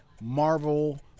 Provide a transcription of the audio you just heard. Marvel